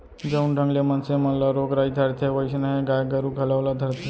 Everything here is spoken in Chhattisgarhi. जउन ढंग ले मनसे मन ल रोग राई धरथे वोइसनहे गाय गरू घलौ ल धरथे